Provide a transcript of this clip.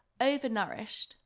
overnourished